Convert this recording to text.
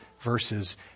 verses